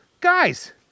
Guys